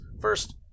First